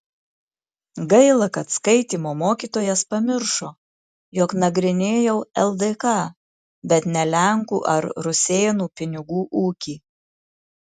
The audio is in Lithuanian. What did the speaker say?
gaila kad skaitymo mokytojas pamiršo jog nagrinėjau ldk bet ne lenkų ar rusėnų pinigų ūkį